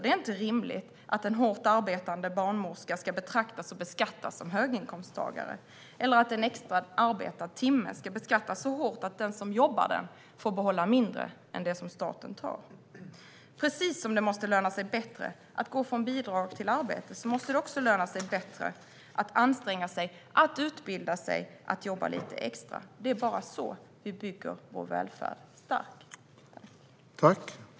Det är inte rimligt att en hårt arbetande barnmorska ska betraktas och beskattas som höginkomsttagare, eller att en extra arbetad timme ska beskattas så hårt att den som jobbar den får behålla mindre än vad staten tar. Precis som det måste löna sig bättre att gå från bidrag till arbete måste det också löna sig bättre att anstränga sig, att utbilda sig och att jobba lite extra. Det är bara på detta sätt vi bygger vår välfärd stark.